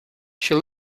she